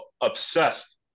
obsessed